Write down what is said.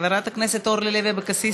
חברת הכנסת אורלי לוי אבקסיס,